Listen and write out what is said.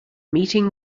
meeting